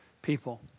People